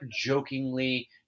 jokingly